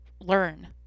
learn